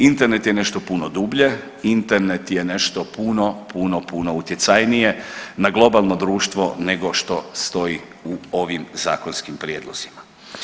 Internet je nešto puno dublje, internet je nešto puno, puno utjecajnije, na globalno društvo nego što stoji u ovim zakonskim prijedlozima.